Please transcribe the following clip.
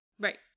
Right